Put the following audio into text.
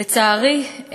לצערי,